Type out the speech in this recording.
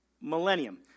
millennium